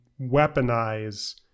weaponize